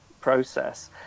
process